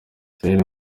israel